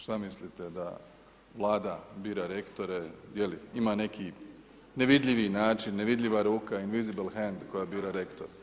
Šta mislite da Vlada bira rektore, je li ima neki nevidljivi način, nevidljiva ruka, invisible hand koja bira rektore?